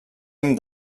ànim